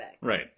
Right